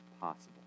possible